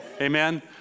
Amen